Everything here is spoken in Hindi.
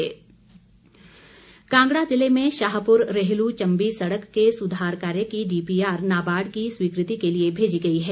सरवीण चौधरी कांगड़ा जिले में शाहपुर रेहलू चम्बी सड़क के सुधार कार्य की डीपीआर नाबार्ड की स्वीकृति के लिए भेजी गई है